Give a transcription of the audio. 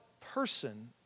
person